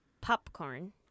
Popcorn